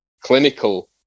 clinical